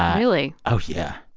really? oh, yeah.